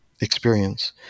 experience